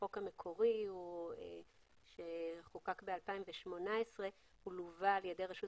החוק המקורי שחוקק ב-2018 לווה על ידי רשות